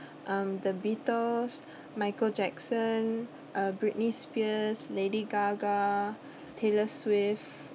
um the beatles michael jackson uh britney spears lady gaga taylor swift